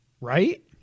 Right